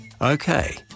Okay